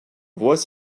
vois